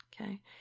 Okay